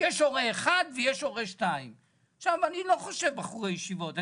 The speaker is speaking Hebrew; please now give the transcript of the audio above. יש הורה 1 והורה 2. אני לא חושב על בחורי ישיבות,